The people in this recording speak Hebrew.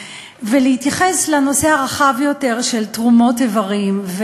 ולהתייחס לנושא הרחב יותר של תרומות איברים.